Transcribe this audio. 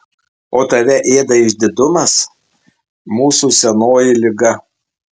o tave ėda išdidumas mūsų senoji liga